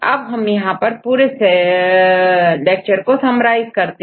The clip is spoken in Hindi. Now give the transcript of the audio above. अब हम यहां पर पूरे लेक्चर को सनराइज करते हैं